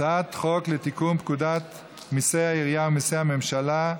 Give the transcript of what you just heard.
הצעת חוק לתיקון פקודת מיסי העירייה ומיסי הממשלה,